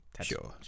sure